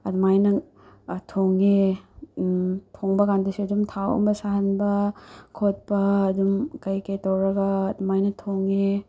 ꯑꯗꯨꯃꯥꯏꯅ ꯊꯣꯡꯉꯦ ꯊꯣꯡꯕ ꯀꯥꯟꯗꯁꯨ ꯑꯗꯨꯝ ꯊꯥꯎ ꯑꯝꯕ ꯁꯥꯍꯟꯕ ꯈꯣꯠꯄ ꯑꯗꯨꯝ ꯀꯩꯀꯩ ꯇꯧꯔꯒ ꯑꯗꯨꯃꯥꯏꯅ ꯊꯣꯡꯉꯦ